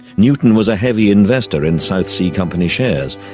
newton was a heavy investor in south sea company shares,